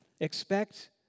Expect